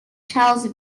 charles